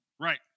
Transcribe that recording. Right